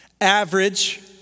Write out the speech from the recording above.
Average